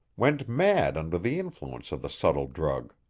went mad under the influence of the subtle drug.